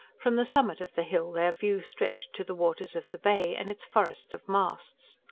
from the summit of the hill their view stretched to the waters of the bay, and its forest of masts.